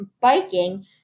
biking